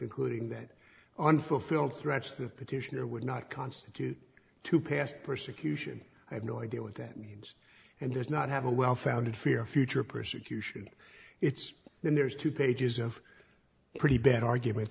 concluding that unfulfilled threats to the petitioner would not constitute to past persecution i have no idea what that means and there's not have a well founded fear future persecution it's then there's two pages of pretty bad argument